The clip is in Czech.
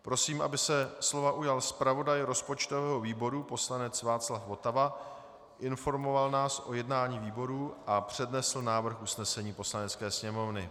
Prosím, aby se slova ujal zpravodaj rozpočtového výboru poslanec Václav Votava, informoval nás o jednání výboru a přednesl návrh usnesení Poslanecké sněmovny.